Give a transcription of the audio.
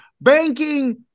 banking